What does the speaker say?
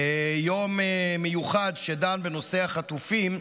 ביום מיוחד שדן בנושא החטופים,